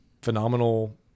phenomenal